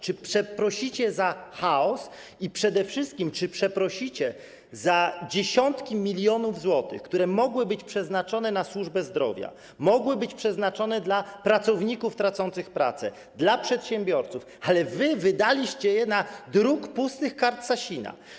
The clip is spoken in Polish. Czy przeprosicie za chaos i przede wszystkim czy przeprosicie za dziesiątki milionów złotych, które mogły być przeznaczone na służbę zdrowia, mogły być przeznaczone dla pracowników tracących pracę, dla przedsiębiorców, ale wy wydaliście je na druk pustych kart Sasina?